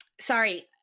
Sorry